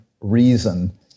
reason